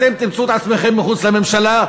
אתם תמצאו את עצמכם מחוץ לממשלה,